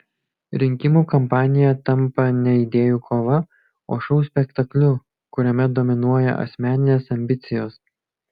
rinkimų kampanija tampa ne idėjų kova o šou spektakliu kuriame dominuoja asmeninės ambicijos